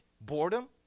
boredom